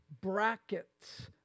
brackets